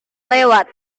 lewat